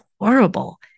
horrible